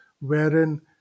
wherein